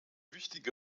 wichtige